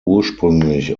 ursprünglich